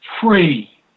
free